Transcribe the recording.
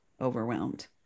overwhelmed